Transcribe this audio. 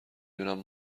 دونم